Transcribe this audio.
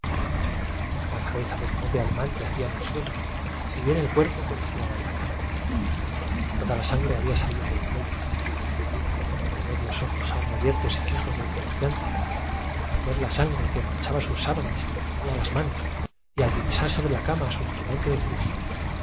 alemán yacía en el suelo si bien el cuerpo continuaba en la cama media brigada acantonada en andernach la mirada del cirujano ma toda la sangre había salido por el cuello al ver los ojos aun abiertos yor era tan penetrante tan severa que el infortunado próspero se y fijos del comerciante al ver la sangre que manchaba sus sábanas y estremeció y reclinó la cabeza en el respaldo de la silla ln soldado le teñía las manos y al divisar sobre la cama su instrumento de